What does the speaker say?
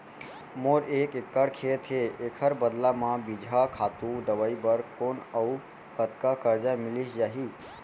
मोर एक एक्कड़ खेत हे, एखर बदला म बीजहा, खातू, दवई बर कोन अऊ कतका करजा मिलिस जाही?